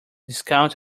discount